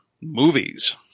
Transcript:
movies